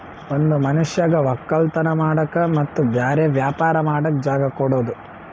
ಒಂದ್ ಮನಷ್ಯಗ್ ವಕ್ಕಲತನ್ ಮಾಡಕ್ ಮತ್ತ್ ಬ್ಯಾರೆ ವ್ಯಾಪಾರ ಮಾಡಕ್ ಜಾಗ ಕೊಡದು